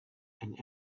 and